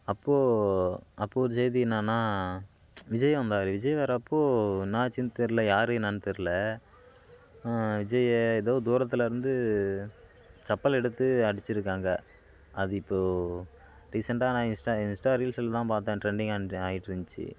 அப்போது அப்போ ஒரு செய்தி என்னென்னா விஜய் வந்தாரு விஜய் வரப்போ என்னாச்சுன்னு தெரியல யார் என்னென்னு தெரியல விஜயை ஏதோ தூரத்தில் இருந்து சப்பல் எடுத்து அடித்து இருக்காங்க அது இப்போது ரீசண்டாக நான் இன்ஸ்டா இன்ஸ்டா ரீல்ஸுல் தான் பார்த்தேன் ட்ரெண்டிங் ஆன் ஆகிட்ருந்துச்சி